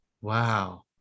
Wow